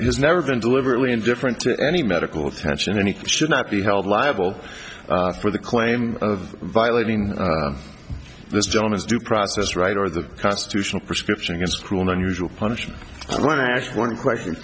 has never been deliberately indifferent to any medical attention and he should not be held liable for the claim of violating this gentleman's due process rights or the constitutional prescription is cruel and unusual punishment when i ask one question